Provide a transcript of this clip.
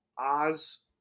Oz